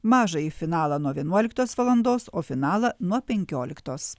mažąjį finalą nuo vienuoliktos valandos o finalą nuo penkioliktos